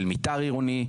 של מתאר עירוני,